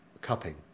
cupping